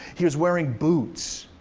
he was wearing boots.